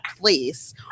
place